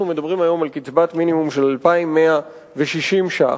אנחנו מדברים היום על קצבת מינימום של 2,160 שקלים,